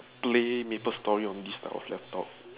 play Maplestory on this type of laptop